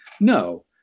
No